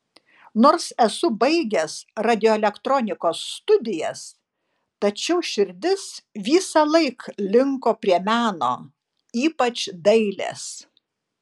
nors esu baigęs radioelektronikos studijas tačiau širdis visąlaik linko prie meno ypač dailės